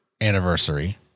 anniversary